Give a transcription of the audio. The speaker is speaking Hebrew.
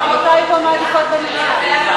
אבל חברותי פה מעדיפות במליאה.